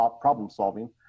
problem-solving